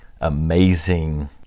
amazing